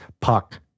puck